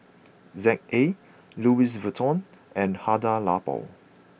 Z A Louis Vuitton and Hada Labo